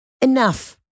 Enough